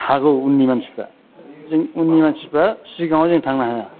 हागौ उननि मानसिफोरा जों उननि मानसिफोरा सिगाङाव जों थांनो हाया